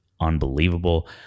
unbelievable